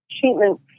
treatment